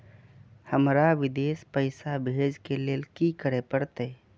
हमरा विदेश पैसा भेज के लेल की करे परते?